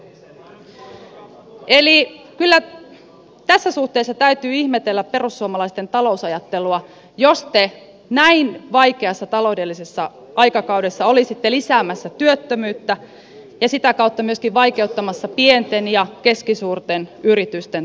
kyllä tässä suhteessa täytyy ihmetellä perussuomalaisten talousajattelua jos te näin vaikeassa taloudellisessa aikakaudessa olisitte lisäämässä työttömyyttä ja sitä kautta myöskin vaikeuttamassa pienten ja keskisuurten yritysten toimintaedellytyksiä